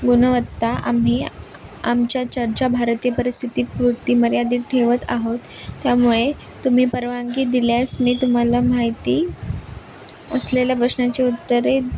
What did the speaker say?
गुणवत्ता आम्ही आमच्या चर्चा भारती परिस्थितीपुरती मर्यादित ठेवत आहोत त्यामुळे तुम्ही परवानगी दिल्यास मी तुम्हाला माहिती असलेल्या प्रश्नांची उत्तरे